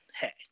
hey